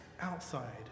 outside